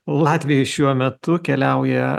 latvijoj šiuo metu keliauja